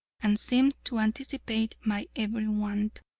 and seemed to anticipate my every want.